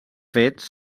fets